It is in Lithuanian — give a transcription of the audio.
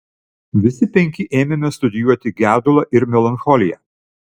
visi penki ėmėme studijuoti gedulą ir melancholiją